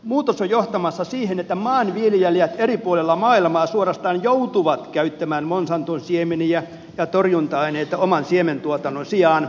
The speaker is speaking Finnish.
muutos on johtamassa siihen että maanviljelijät eri puolilla maailmaa suorastaan joutuvat käyttämään monsanton siemeniä ja torjunta aineita oman siementuotannon sijaan